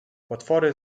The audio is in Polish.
potwory